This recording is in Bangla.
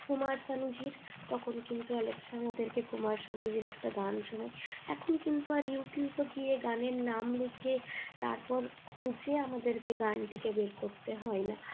কুমার শানুজির তখন কিন্তু অ্যালেক্সা আমাদেরকে কুমার শানুজির একটা গান শোনায় এখন কিন্তু আর ইউটিউবে গিয়ে গানের নাম লিখে তারপর খুঁজে আমাদেরকে গানটিকে বের করতে হয় না